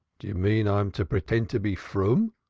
do you mean i'm to pretend to be froom,